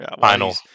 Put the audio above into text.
final